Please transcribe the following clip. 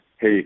hey